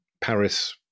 Paris